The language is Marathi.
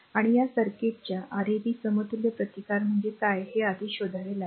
आणि या सर्किटच्या Rab समतुल्य प्रतिकार म्हणजे काय ते आधी शोधावे लागेल